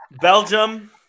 Belgium